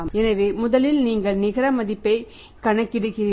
எனவே முதலில் நீங்கள் நிகர மதிப்பைக் கணக்கிடுகிறீர்கள்